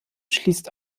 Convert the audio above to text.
schließt